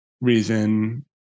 reason